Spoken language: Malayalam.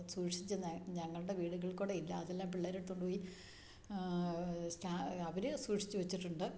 സൂക്ഷിച്ച് ഞങ്ങളുടെ വീടുകൾക്കോടെ ഇല്ല അതെല്ലാം പിള്ളേർ എടുത്തോണ്ട് പോയി സ്റ്റാ അവർ സൂക്ഷിച്ച് വെച്ചിട്ടുണ്ട്